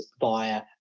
via